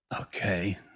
Okay